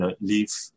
leave